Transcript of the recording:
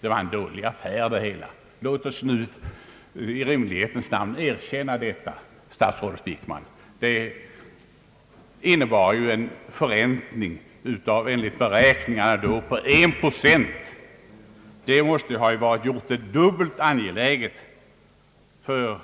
Det hela var från början en dålig affär, låt oss i rimlighetens namn nu erkänna detta, statsrådet Wickman. Enligt beräkningarna innebar köpet en förräntning av det investerade kapitalet på en procent. Detta måste ha gjort det dubbelt angeläget för